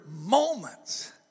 moments